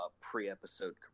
pre-episode